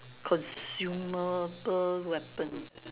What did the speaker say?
consumable weapon